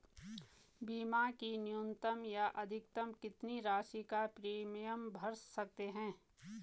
बीमा की न्यूनतम या अधिकतम कितनी राशि या प्रीमियम भर सकते हैं?